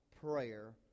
prayer